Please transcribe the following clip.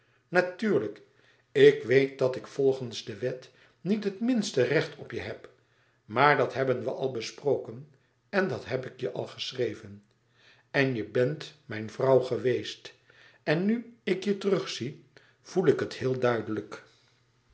natuurlijk ik weet dat ik volgens de wet niet het minste recht op je heb maar dat hebben we al besproken en dat heb ik je al geschreven en je bent mijn vrouw geweest en nu ik je terug zie voel ik heel duidelijk